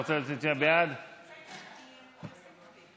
סעיפים 1 14 נתקבלו.